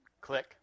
Click